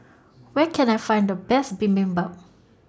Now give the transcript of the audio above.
Where Can I Find The Best Bibimbap